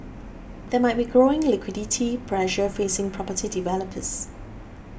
there might be growing liquidity pressure facing property developers